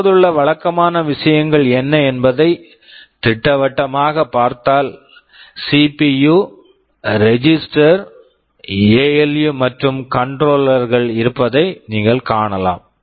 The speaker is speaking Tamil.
தற்போதுள்ள வழக்கமான விஷயங்கள் என்ன என்பதை திட்டவட்டமாகப் பார்த்தால் CPU CPU registers registers ALU ALU மற்றும் கண்ட்ரோல் control கள் இருப்பதை நீங்கள் காணலாம்